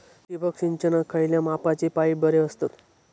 ठिबक सिंचनाक खयल्या मापाचे पाईप बरे असतत?